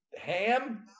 Ham